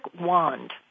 wand